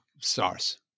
SARS